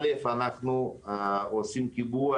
התוכנית חלה